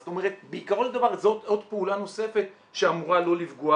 אז בעיקרו של דבר זאת עוד פעולה נוספת שאמורה לא לפגוע